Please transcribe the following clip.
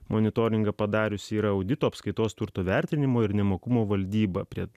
monitoringą padariusi ir audito apskaitos turto vertinimo ir nemokumo valdyba prie